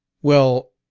well,